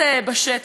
היא זו שמטרידה.